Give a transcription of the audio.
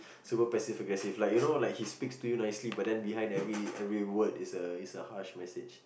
super passive aggressive like you know like he speaks to you nicely but then behind every every word is a is a harsh message